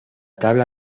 tabla